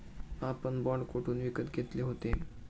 आपण बाँड कोठून विकत घेतले होते?